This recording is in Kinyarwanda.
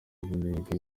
uburibwe